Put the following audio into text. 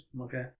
okay